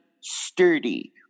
sturdy